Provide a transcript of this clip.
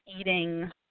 eating